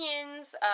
opinions